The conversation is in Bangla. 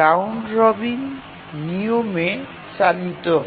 রাউন্ড রবিন নিয়মে চালিত হয়